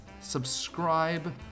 subscribe